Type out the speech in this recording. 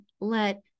let